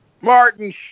Martin